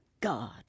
God